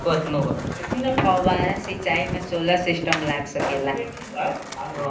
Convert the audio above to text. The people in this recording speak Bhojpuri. फौबारा सिचाई मै सोलर सिस्टम लाग सकेला?